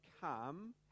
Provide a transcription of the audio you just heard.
come